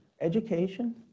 education